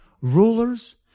rulers